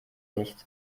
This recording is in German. nicht